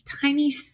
tiny